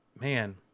man